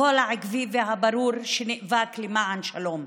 הקול העקבי והברור שנאבק למען שלום,